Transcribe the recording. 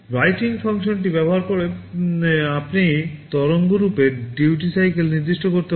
writing ফাংশনটি ব্যবহার করে আপনি তরঙ্গরূপের DUTY CYCLE নির্দিষ্ট করতে পারেন